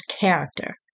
character